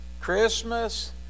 Christmas